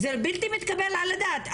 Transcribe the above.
זה בלתי מתקבל על הדעת.